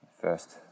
first